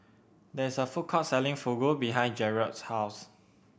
there is a food court selling Fugu behind Jarrod's house